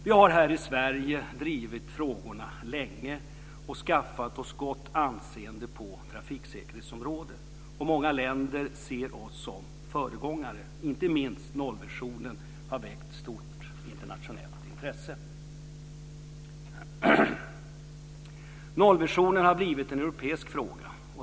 Vi har här i Sverige drivit frågorna länge och skaffat oss ett gott anseende på trafiksäkerhetsområdet. Många länder ser oss som föregångare. Inte minst nollvisionen har väckt stort internationellt intresse. Nollvisionen har blivit en europeisk fråga.